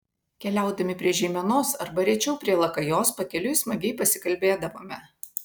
keliaudami prie žeimenos arba rečiau prie lakajos pakeliui smagiai pasikalbėdavome